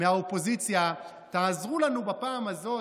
אבל מה אתה אומר, אדוני היושב-ראש,